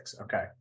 Okay